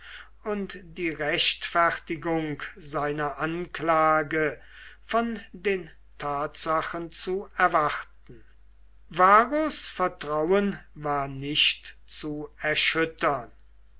und die rechtfertigung seiner anklage von den tatsachen zu erwarten varus vertrauen war nicht zu erschüttern